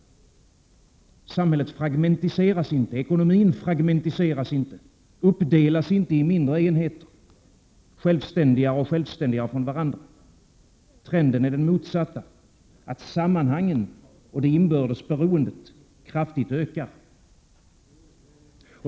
Samhället fragmentiseras inte. Ekonomin fragmentiseras inte, uppdelas inte i mindre enheter, självständigare och självständigare från varandra. Trenden är den motsatta: att sammanhangen och det inbördes beroendet kraftigt ökar.